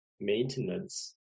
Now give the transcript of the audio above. maintenance